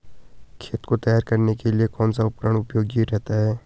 खेत को तैयार करने के लिए कौन सा उपकरण उपयोगी रहता है?